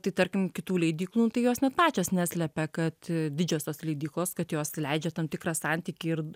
tai tarkim kitų leidyklų tai jos net pačios neslepia kad didžiosios leidyklos kad jos leidžia tam tikrą santykį ir